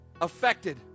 affected